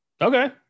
Okay